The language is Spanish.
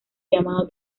llamado